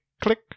click